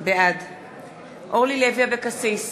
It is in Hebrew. בעד אורלי לוי אבקסיס,